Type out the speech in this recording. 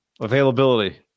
availability